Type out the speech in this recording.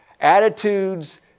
attitudes